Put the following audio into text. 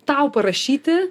tau parašyti